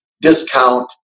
discount